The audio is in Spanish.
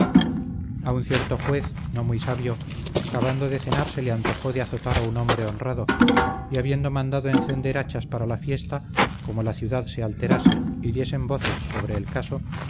a un cierto juez no muy sabio acabando de cenar se le antojó de azotar a un hombre honrado y habiendo mandado encender hachas para la fiesta como la ciudad se alterase y diesen voces sobre el caso